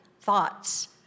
thoughts